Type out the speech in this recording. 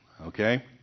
okay